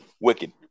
wicked